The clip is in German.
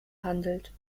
handelt